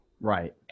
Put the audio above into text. Right